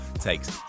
takes